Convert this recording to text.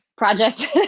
project